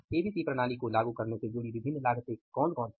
ABC प्रणाली को लागू करने से जुडी विभिन्न लागतें कौन सी हैं